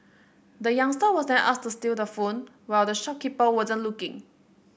the youngster was then asked to steal the phone while the shopkeeper wasn't looking